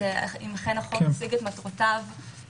האם ההליך השיג את מטרותיו.